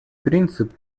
принцип